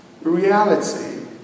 reality